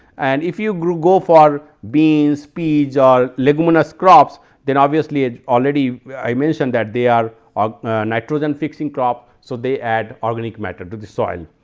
and if you go for beans, peas or leguminous crops then obviously, as already i mentioned that they are um nitrogen fixing crop so, they add organic matter to the soil.